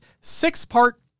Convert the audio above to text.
six-part